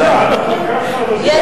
תמשיכי,